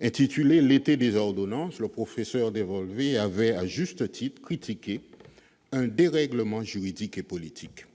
intitulé, le professeur Delvolvé avait à juste titre critiqué un « dérèglement juridique et politique »